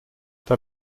der